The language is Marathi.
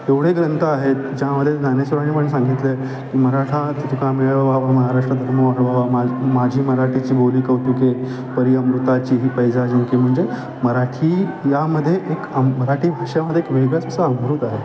एवढे ग्रंथ आहेत ज्यामधे ज्ञानेश्वरांनी पण सांगितलं आहे की मराठा तितुका मेळवावा महाराष्ट्र धर्म वाढवावा माझी माझी मराठीची बोली कौतुके परि अमृताची ही पैजा जिंके म्हणजे मराठी यामध्ये एक मराठी भाषेमध्ये एक वेगळंच असा अमृत आहे